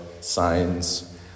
signs